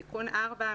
תיקון מס' 4,